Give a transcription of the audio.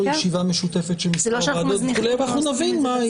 או ישיבה משותפת של מספר ועדות וכו' ואנחנו נבין מה.